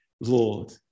Lord